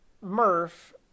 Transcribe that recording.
Murph